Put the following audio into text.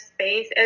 space